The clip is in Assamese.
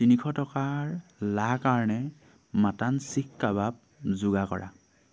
তিনিশ টকাৰ লাকাৰ্ণে মটন চিখ কাবাব যোগাৰ কৰা